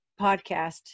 podcast